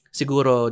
siguro